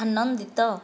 ଆନନ୍ଦିତ